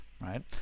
right